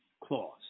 clause